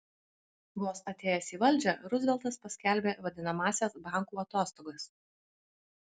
vos atėjęs į valdžią ruzveltas paskelbė vadinamąsias bankų atostogas